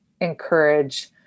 encourage